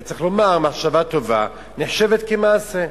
היה צריך לומר, מחשבה טובה נחשבת כמעשה.